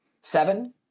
seven